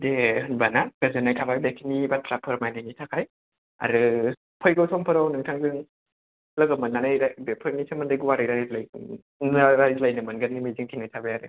दे होनबा ना गोजोननाय थाबाय बेखिनि बाथ्रा फोरमायनायनि थाखाय आरो फैगौ सम फोराव नोंथांजों लोगो मोननानै बेफोरनि सोमोन्दै गुवारै रायलायगोन रायज्लायनो मोनगोननि मिजिं थिनाय थाबाय आरो